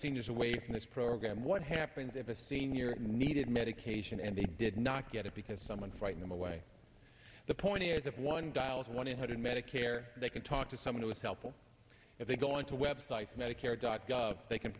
seniors away from this program what happens if a senior needed medication and they did not get it because someone frighten them away the point is that one dials one eight hundred medicare they can talk to someone who is helpful if they go on to web sites medicare dot gov they can